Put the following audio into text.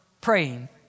praying